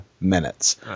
Minutes